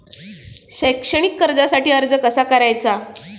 शैक्षणिक कर्जासाठी अर्ज कसा करायचा?